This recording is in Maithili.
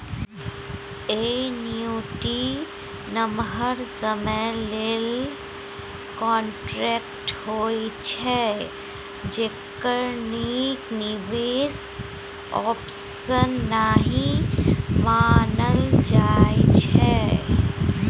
एन्युटी नमहर समय लेल कांट्रेक्ट होइ छै जकरा नीक निबेश आप्शन नहि मानल जाइ छै